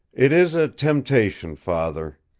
it is a temptation, father.